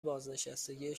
بازنشستگی